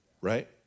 right